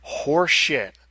horseshit